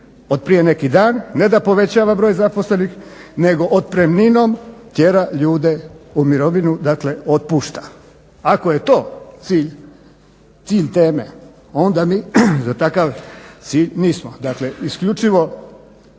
neki dan ne da povećava broj zaposlenih nego otpremninom tjera ljude u mirovinu, dakle otpušta. Ako je to cilj teme onda mi za takav cilj nismo, dakle isključivo